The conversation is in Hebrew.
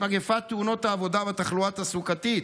מגפת תאונות העבודה והתחלואה התעסוקתית.